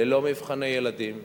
ללא מבחני ילדים.